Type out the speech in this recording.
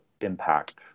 impact